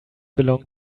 belong